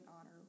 honor